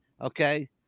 Okay